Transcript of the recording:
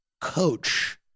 coach